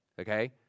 okay